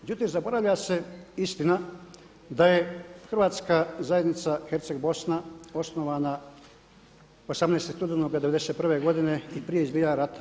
Međutim, zaboravlja se istina da je Hrvatska zajednica Herceg Bosna osnovana 18. studenoga 1991. godine i prije izbijanja rata.